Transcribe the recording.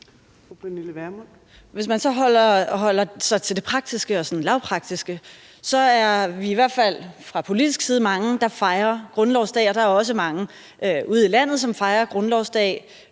Hvis man så holder sig til det sådan lavpraktiske, er vi i hvert fald fra politisk side mange, der fejrer grundlovsdag, og der er også mange ude i landet, som fejrer grundlovsdag